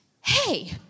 Hey